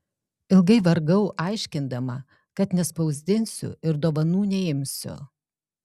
ilgai vargau aiškindama kad nespausdinsiu ir dovanų neimsiu